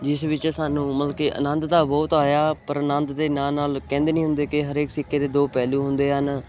ਜਿਸ ਵਿੱਚ ਸਾਨੂੰ ਮਤਲਬ ਕਿ ਆਨੰਦ ਤਾਂ ਬਹੁਤ ਆਇਆ ਪਰ ਆਨੰਦ ਦੇ ਨਾਲ ਨਾਲ ਕਹਿੰਦੇ ਨਹੀਂ ਹੁੰਦੇ ਕਿ ਹਰੇਕ ਸਿੱਕੇ ਦੇ ਦੋ ਪਹਿਲੂ ਹੁੰਦੇ ਹਨ